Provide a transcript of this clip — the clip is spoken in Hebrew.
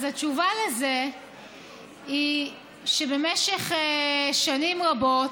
אז התשובה לזה היא שבמשך שנים רבות,